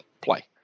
play